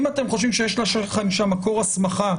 אם אתם חושבים שיש לכם שם מקור הסמכה,